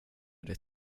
det